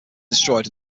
destroyed